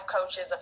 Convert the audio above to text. coaches